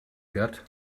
got